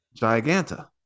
Giganta